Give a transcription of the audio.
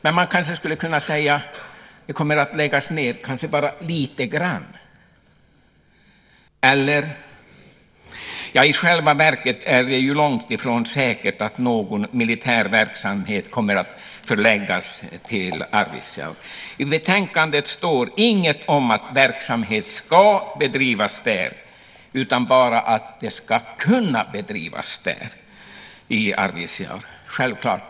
Men man kanske skulle kunna säga att det kommer att läggas ned bara lite grann, eller? I själva verket är det långt ifrån säkert att någon militär verksamhet kommer att förläggas till Arvidsjaur. I betänkandet står inget om att verksamhet ska bedrivas där utan bara att den ska kunna bedrivas i Arvidsjaur. Självklart.